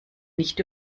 nicht